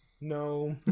No